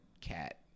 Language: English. cat